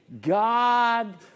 God